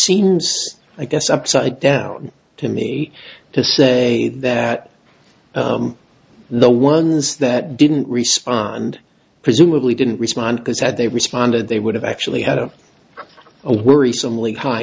seems i guess upside down to me to say that the ones that didn't respond presumably didn't respond because had they responded they would have actually had a a worrisome l